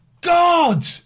God